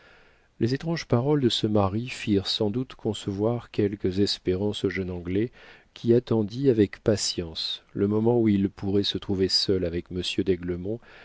les étranges paroles de ce mari firent sans doute concevoir quelques espérances au jeune anglais qui attendit avec patience le moment où il pourrait se trouver seul avec